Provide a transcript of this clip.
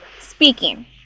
speaking